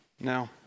No